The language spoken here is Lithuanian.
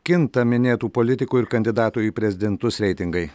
kinta minėtų politikų ir kandidatų į prezidentus reitingai